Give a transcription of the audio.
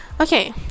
Okay